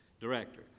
director